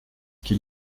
qu’il